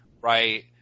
right